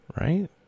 Right